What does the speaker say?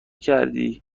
کردی